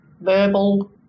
verbal